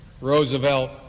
Roosevelt